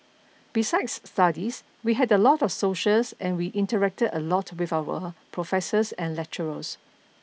besides studies we had a lot of socials and we interacted a lot with our professors and lecturers